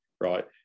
right